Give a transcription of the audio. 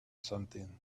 something